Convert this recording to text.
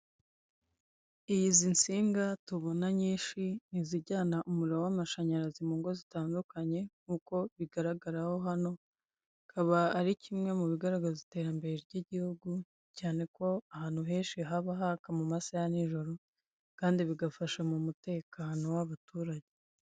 Izi nsiga tubona nyinshi ni izijyana umuriro w'amashanyarizi mu ngo zitandukanye nkuko bigaragara ho hano. Akaba ari kimwe mu bigaragaza iterambere ry'igihugu, cyane ko ahantu henshi Haba haka mu masaha ya ni joro, Kandi bigafasha mu mutekano w'abaturage.